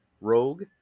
Rogue